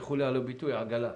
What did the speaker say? סלחו לי על הביטוי, עגלה.